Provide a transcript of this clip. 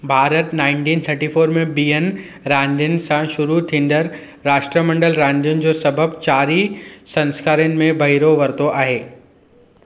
Bharat nineteen thirty four में ॿियनि रांदियुनि सां शुरू थींदड़ु राष्ट्रमंडल रांदियुनि जो सबबि चार ई संस्करणनि में बहिरो वरितो आहे